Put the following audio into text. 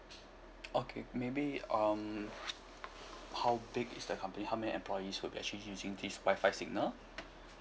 okay maybe um how big is the company how many employees would actually using this Wi-Fi signal